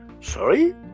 sorry